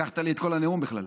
לקחת לי את כל הנאום בכלל.